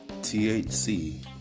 THC